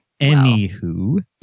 Anywho